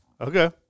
okay